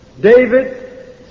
David